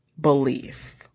belief